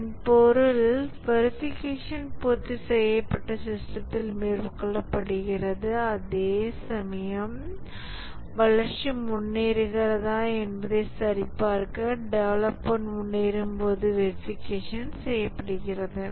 இதன் பொருள் வெரிஃபிகேஷன் பூர்த்தி செய்யப்பட்ட சிஸ்டத்தில் மேற்கொள்ளப்படுகிறது அதேசமயம் வளர்ச்சி முன்னேறுகிறதா என்பதைச் சரிபார்க்க டெவலப்மெண்ட் முன்னேறும்போது வெரிஃபிகேஷன் செய்யப்படுகிறது